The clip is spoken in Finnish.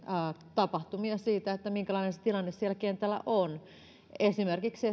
tapahtumia siitä minkälainen se tilanne siellä kentällä on saattaa esimerkiksi